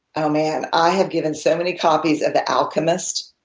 um and i have given so many copies of the alchemist